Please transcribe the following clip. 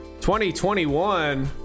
2021